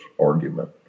argument